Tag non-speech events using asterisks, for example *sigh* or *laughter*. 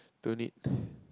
don't need *breath*